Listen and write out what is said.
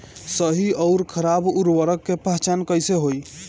सही अउर खराब उर्बरक के पहचान कैसे होई?